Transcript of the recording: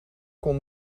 kon